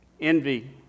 envy